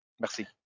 Merci